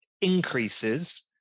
increases